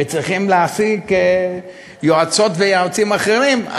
וצריכים להעסיק יועצות ויועצים אחרים,